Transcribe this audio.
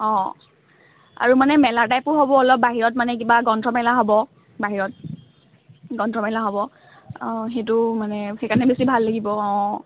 অঁ আৰু মানে মেলা টাইপো হ'ব অলপ বাহিৰত মানে কিবা গ্ৰন্থমেলা হ'ব বাহিৰত গ্ৰন্থমেলা হ'ব অঁ সেইটোও মানে অঁ সেইকাৰণে বেছি ভাল লাগিব অঁ